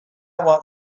want